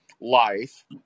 life